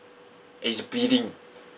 and he's bleeding